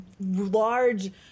large